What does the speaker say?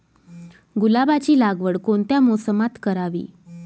गुलाबाची लागवड कोणत्या मोसमात करावी?